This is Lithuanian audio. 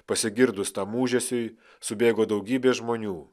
pasigirdus tam ūžesiui subėgo daugybė žmonių